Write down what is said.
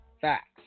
Facts